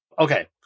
okay